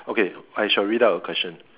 okay I shall read out the question